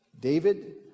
David